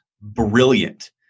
brilliant